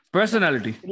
Personality